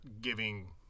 giving